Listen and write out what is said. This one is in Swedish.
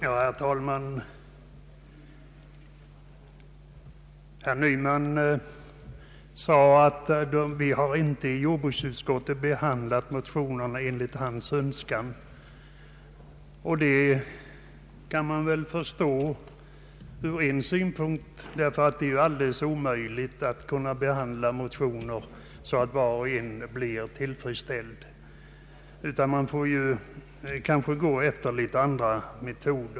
Herr talman! Herr Nyman sade att jordbruksutskottet inte har behandlat motionerna enligt hans önskan. Den synpunkten kan man väl förstå, därför att det är ju alldeles omöjligt att kunna behandla motioner på ett sådant sätt att var och en blir tillfredsställd. Man får kanske lov att tillämpa något andra principer.